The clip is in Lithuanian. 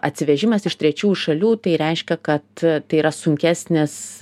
atsivežimas iš trečiųjų šalių tai reiškia kad tai yra sunkesnės